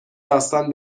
داستان